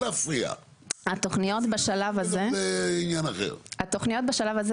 התוכניות בשלב הזה זה מה שנקרא,